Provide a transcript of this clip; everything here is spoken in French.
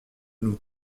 nous